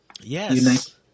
Yes